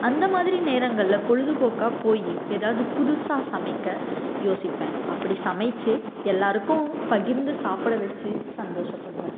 அந்த மாதிரி நேரங்கள்ல பொழுது போக்காக போய் எதாவது புதுசாக சமைக்க யோசிப்பேன் அப்படி சமைத்து எல்லாருக்கும் பகிர்ந்து சாப்பிட வச்சு சந்தோஷப்படுவேன்